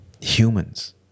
humans